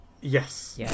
Yes